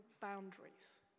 boundaries